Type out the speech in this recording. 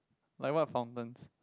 like what fountains